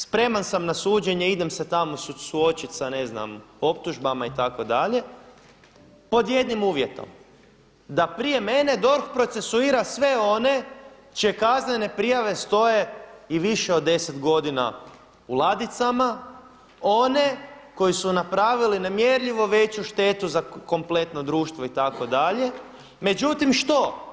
Spreman sam na suđenje, idem se tamo suočiti sa ne znam optužbama i tako dalje, pod jednim uvjetom, da prije mene DORH procesuira sve one čije kaznene prijave stoje i više od deset godina u ladicama, one koji su napravili nemjerljivo veću štetu za kompletno društvo i tako dalje, međutim što?